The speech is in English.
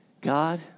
God